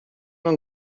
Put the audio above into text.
and